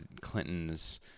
Clinton's